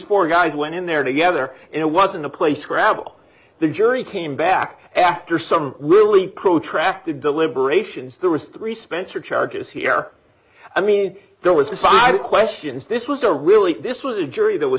four guys went in there together and was in a play scrabble the jury came back after some really protracted deliberations there was three spencer charges here i mean there was the five questions this was a really this was a jury that was